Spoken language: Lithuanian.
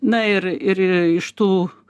na ir ir iš tų